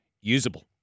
usable